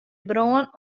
brân